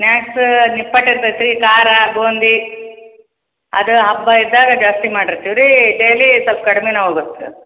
snacks ನಿಪ್ಪಟ್ಟು ಇರ್ತೈತೆ ರೀ ಖಾರ ಬೂಂದಿ ಅದು ಹಬ್ಬ ಇದ್ದಾಗ ಜಾಸ್ತಿ ಮಾಡಿರ್ತೀವಿ ರೀ ಡೇಲಿ ಸ್ವಲ್ಪ್ ಕಡಿಮೆನೇ ಹೋಗುತ್ತೆ ಅದು